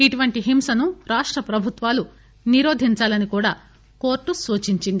ఇలాంటి హింసను రాష్ట ప్రభుత్వాలు నిరోధించాలని కూడా కోర్టు సూచించింది